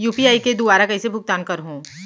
UPI के दुवारा कइसे भुगतान करहों?